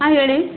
ಹಾಂ ಹೇಳಿ